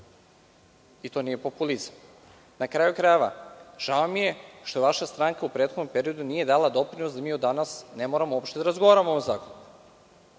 To nije populizam. Na kraju krajeva, žao mi je što vaša stranka u prethodnom periodu nije dala doprinos da mi od danas ne moramo uopšte da razgovaramo o ovom zakonu.